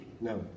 No